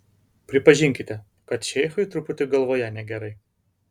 pripažinkite kad šeichui truputį galvoje negerai